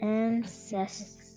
ancestors